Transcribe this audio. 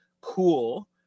Cool